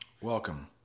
Welcome